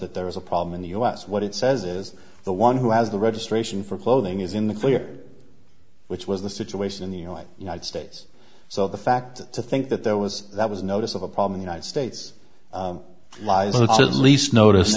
that there is a problem in the u s what it says is the one who has the registration for clothing is in the clear which was the situation in the united states so the fact to think that there was that was notice of a problem united states lies with the least notice